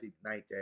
ignited